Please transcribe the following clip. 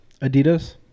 adidas